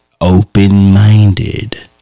open-minded